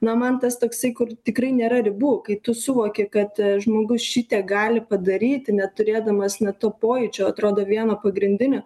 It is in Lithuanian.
na man tas toksai kur tikrai nėra ribų kai tu suvoki kad žmogus šitiek gali padaryti neturėdamas net to pojūčio atrodo vieno pagrindinio